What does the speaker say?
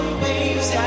waves